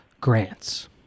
grants